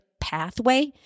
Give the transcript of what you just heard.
pathway